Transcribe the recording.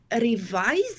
revise